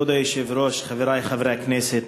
כבוד היושב-ראש, חברי חברי הכנסת,